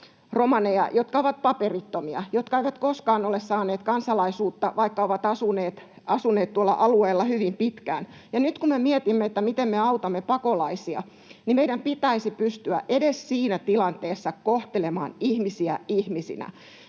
romaneja, jotka ovat paperittomia, jotka eivät koskaan ole saaneet kansalaisuutta, vaikka ovat asuneet tuolla alueella hyvin pitkään. Nyt kun me mietimme, miten me autamme pakolaisia, niin meidän pitäisi pystyä edes siinä tilanteessa kohtelemaan ihmisiä ihmisinä